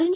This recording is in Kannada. ಎನ್